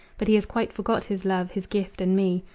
but he has quite forgot his love, his gift, and me.